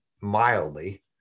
mildly